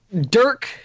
Dirk